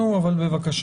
לאוויר?